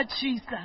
Jesus